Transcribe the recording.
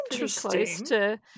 interesting